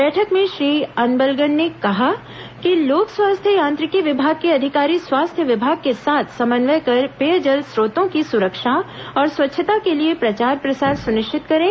बैठक में श्री अन्बलगन ने कहा कि लोक स्वास्थ्य यांत्रिकी विभाग के अधिकारी स्वास्थ्य विभाग के साथ समन्वय कर पेयजल स्रातों की सुरक्षा और स्वच्छता के लिए प्रचार प्रसार सुनिश्चित करें